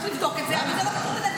צריך לבדוק את זה, אבל זה לא קשור לנתניהו.